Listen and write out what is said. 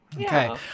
Okay